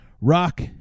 Rock